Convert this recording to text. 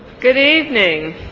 good evening.